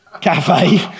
cafe